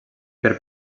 per